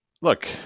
look